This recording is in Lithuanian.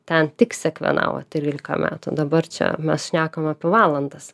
ten tik sekvenavo trylika metų dabar čia mes šnekam apie valandas